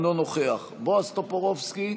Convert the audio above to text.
אינו נוכח בועז טופורובסקי,